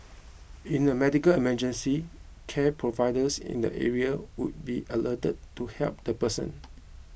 in a medical emergency care providers in the area would be alerted to help the person